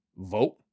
vote